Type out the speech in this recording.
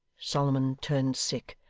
solomon turned sick,